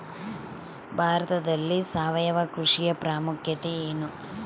ಭಾರತದಲ್ಲಿ ಸಾವಯವ ಕೃಷಿಯ ಪ್ರಾಮುಖ್ಯತೆ ಎನು?